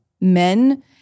men